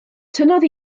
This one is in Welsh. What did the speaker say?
tynnodd